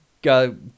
go